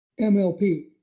MLP